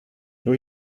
doe